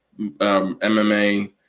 MMA